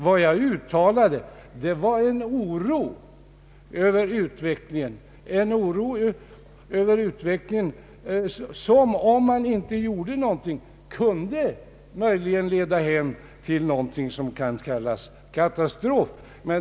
Vad jag uttalade var en stark oro över utvecklingen, en utveckling som, om man inte gör någonting, möjligen kan leda till något som kan kallas en katastrof.